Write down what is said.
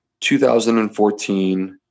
2014